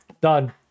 Done